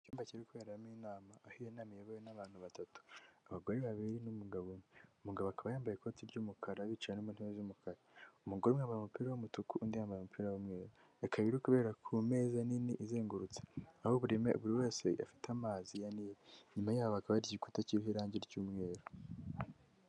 Icyumba kiri kuberamo inama, aho iyo nama iyobowe n'abantu batatu, abagore babiri n'umugabo umwe. Umugabo akaba yambaye ikote ry'umukara bicaye no mu ntebe z'umukara, umugore umwe yambaye umupira w'umutuku, undi yambaye umupira w'umweru, ikaba iri kubera ku meza nini izengurutse, aho buri wese afite amazi ya nili. Inyuma yabo hakaba hari igikuta kiriho irange ry'umweru.